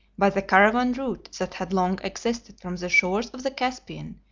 by the caravan route that had long existed from the shores of the caspian,